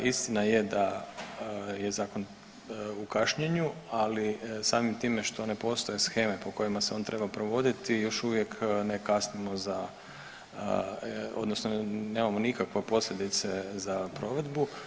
Istina je da je u kašnjenju, ali samim time što ne postoje sheme po kojima se on treba provoditi još uvijek ne kasnimo za, odnosno nemamo nikakve posljedice za provedbu.